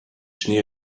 schnee